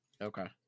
Okay